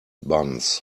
buns